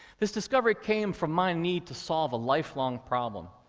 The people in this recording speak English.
this discovery came from my need to solve a lifelong problem.